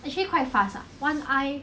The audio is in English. actually quite fast ah one eye